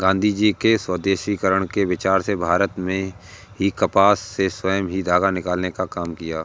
गाँधीजी ने स्वदेशीकरण के विचार से भारत में ही कपास से स्वयं ही धागा निकालने का काम किया